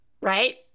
right